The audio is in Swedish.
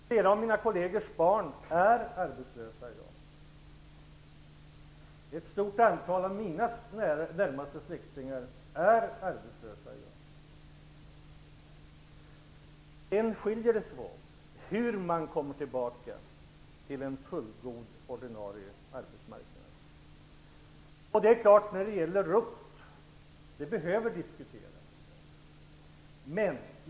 Flera av mina kollegers barn är arbetslösa i dag. Ett stort antal av mina närmaste släktingar är arbetslösa i dag. Däremot skiljer vi oss i våra uppfattningar om hur vi skall få tillbaka en fullgod ordinarie arbetsmarknad. ROT-åtgärder behöver diskuteras.